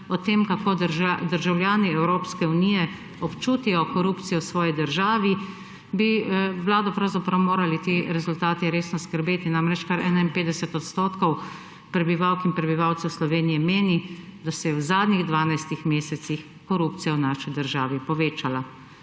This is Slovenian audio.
o tem, kako državljani Evropske unije občutijo korupcijo v svoji državi. Vlado bi morali ti rezultati resno skrbeti. Kar 51% prebivalk in prebivalcev Slovenije meni, da se je v zadnjih 12 mesecih korupcija v naši državi povečala.